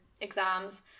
exams